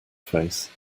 face